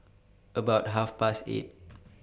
about Half Past eight